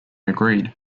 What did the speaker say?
agreed